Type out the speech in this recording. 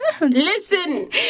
Listen